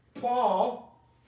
Paul